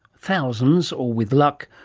thousands or, with luck,